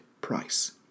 price